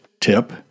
tip